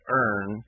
earn